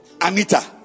Anita